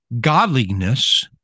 godliness